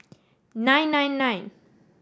nine nine nine